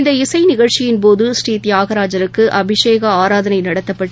இந்த இசைநிகழ்ச்சியின் போது ஸ்ரீ தியாகராஜருக்குஅபிஷேகஆராதனைநடத்தப்பட்டு